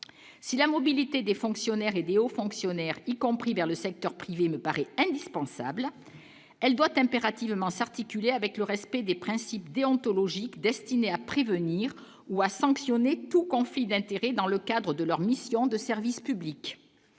si la mobilité des fonctionnaires aidés aux fonctionnaires, y compris vers le secteur privé me paraît indispensable, elle doit impérativement s'articuler avec le respect des principes déontologiques destiné à prévenir ou à sanctionner tout conflit d'intérêts dans le cadre de leur mission de service public,